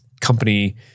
company